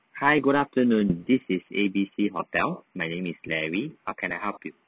hi good afternoon this is A B C hotel my name is larry how can I help you